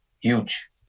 huge